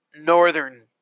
northern